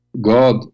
God